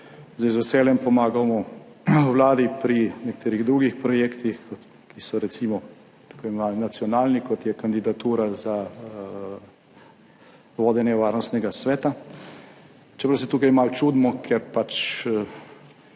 Z veseljem pomagamo vladi pri nekaterih drugih projektih, kot so, recimo, tako imenovani nacionalni, kot je kandidatura za vodenje Varnostnega sveta. Čeprav se tukaj malo čudimo, ker pač